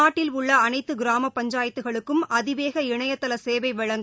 நாட்டில் உள்ள அனைத்து கிராம பஞ்சாயத்துகளுக்கும் அதிவேக இணையதள சேவை வழங்க